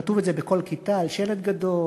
כתוב את זה בכל כיתה על שלט גדול.